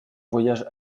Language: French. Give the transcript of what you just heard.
voyage